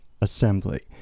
assembly